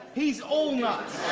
he's all nuts!